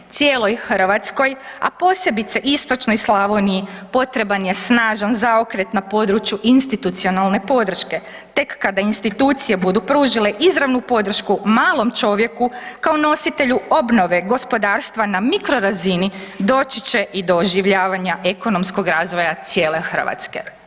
Cijeloj Hrvatskoj, a posebice istočnoj Slavoniji potreban je snažan zaokret na području institucionalne podrške tek kada institucije budu pružile izravnu podršku malom čovjeku kao nositelju obnove gospodarstva na mikro razini doći će i do oživljavanja ekonomskog razvoja cijele Hrvatske.